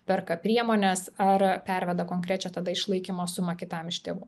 perka priemones ar perveda konkrečią tada išlaikymo sumą kitam iš tėvų